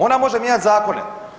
Ona može mijenjati zakone.